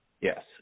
Yes